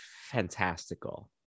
fantastical